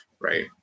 Right